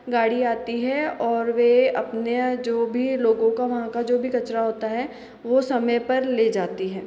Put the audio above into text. गाड़ी आती है और वे अपने जो भी लोगों का वहाँ का जो भी कचरा होता है वह समय पर ले जाती है